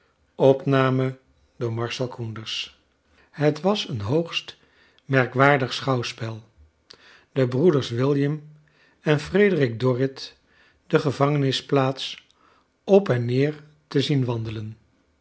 het was een hoogst merkwaardig schouwspel de broeders william en frederick dorrit de gevangenisplaats op en neer te zien wandelen